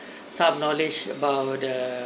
some knowledge about the